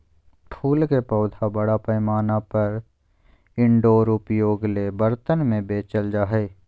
फूल के पौधा बड़ा पैमाना पर इनडोर उपयोग ले बर्तन में बेचल जा हइ